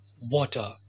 Water